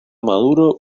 maduro